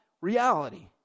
reality